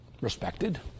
respected